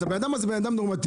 אז הבן אדם הזה בן אדם נורמטיבי,